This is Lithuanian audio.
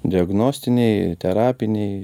diagnostiniai terapiniai